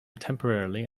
temporarily